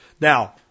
Now